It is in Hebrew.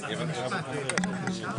ננעלה בשעה